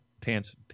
Pants